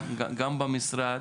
גם במשרד